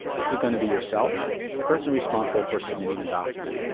this is going to be yourself the person responsible for submitting the document.